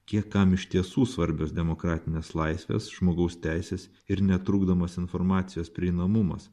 kiek kam iš tiesų svarbios demokratinės laisvės žmogaus teisės ir netrukdomas informacijos prieinamumas